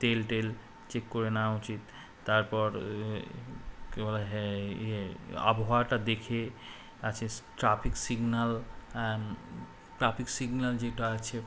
তেল টেল চেক করে নেওয়া উচিত তারপর ক হ ইয়ে আবহাওয়াটা দেখে আছে ট্রাফিক সিগনাল ট্রাফিক সিগনাল যেটা আছে